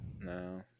no